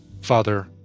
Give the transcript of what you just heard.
father